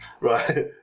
Right